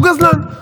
הוא גזלן.